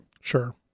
Sure